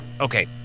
okay